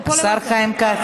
השר חיים כץ.